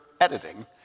editing